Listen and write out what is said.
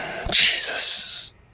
Jesus